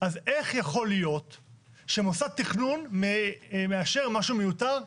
אז איך יכול להיות שמוסד תכנון מאשר משהו מיותר,